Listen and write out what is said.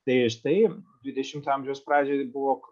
tai štai dvidešimto amžiaus pradžioje buvo